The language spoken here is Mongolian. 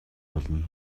болно